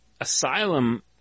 Asylum